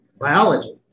biology